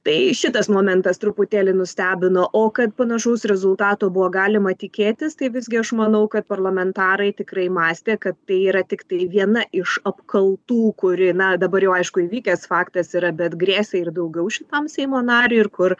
tai šitas momentas truputėlį nustebino o kad panašaus rezultato buvo galima tikėtis tai visgi aš manau kad parlamentarai tikrai mąstė kad tai yra tik viena iš apkaltų kuri na dabar jau aišku įvykęs faktas yra bet grėsė ir daugiau šitam seimo nariui ir kur